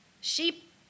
Sheep